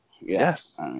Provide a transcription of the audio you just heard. yes